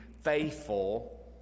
faithful